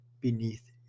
beneath